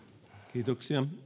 kiitoksia